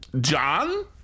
John